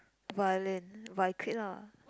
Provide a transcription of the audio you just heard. violin but I quite lah